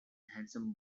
handsome